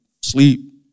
sleep